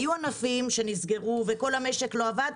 היו ענפים שנסגרו וכל המשק לא עבד,